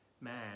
man